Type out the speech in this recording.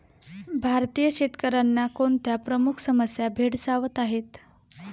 भारतीय शेतकऱ्यांना कोणत्या प्रमुख समस्या भेडसावत आहेत?